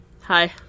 Hi